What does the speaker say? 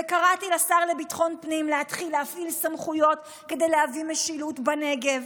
וקראתי לשר לביטחון לפנים להתחיל להפעיל סמכויות כדי להביא משילות בנגב